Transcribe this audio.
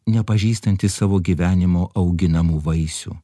nepažįstanti savo gyvenimo auginamų vaisių